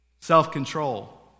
Self-control